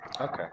Okay